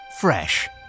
fresh